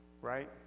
Right